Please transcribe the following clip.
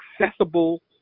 accessible